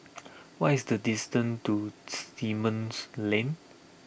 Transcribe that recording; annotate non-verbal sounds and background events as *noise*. what is the distance to *hesitation* Simon's Lane